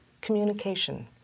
communication